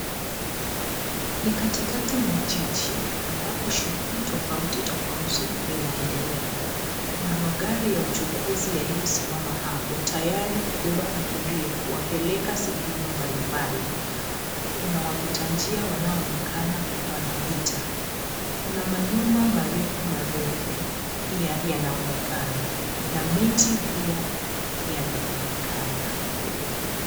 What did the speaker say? Ni katikati mwa jiji ambapo shughuli tofauti tofauti vinaendelea. Kuna magari ya uchukuzi yaliyosimama hapo tayari kubeba abiria kuwapeleka sehemu mbalimbali. Kuna wapita njia wanaonekana wanapita. Kuna manyumba marefu marefu pia yanaonekana. Na miti pia yanaonekana.